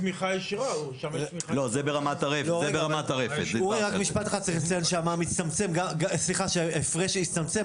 צריך לציין שההפרש הצטמצם,